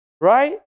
right